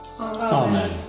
Amen